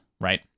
right